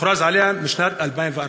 הוכרז עליה בשנת 2014?